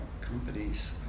companies